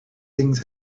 things